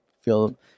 feel